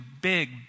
big